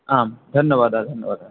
आं धन्यवादः धन्यवादः